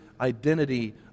identity